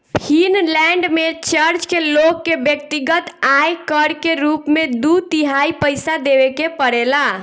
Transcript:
Finland में church के लोग के व्यक्तिगत आय कर के रूप में दू तिहाई पइसा देवे के पड़ेला